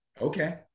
Okay